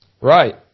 Right